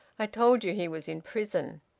i told you he was in prison.